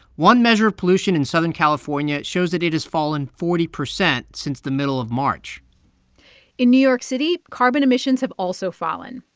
one measure of pollution in southern california shows that it has fallen forty percent since the middle of march in new york city, carbon emissions have also fallen.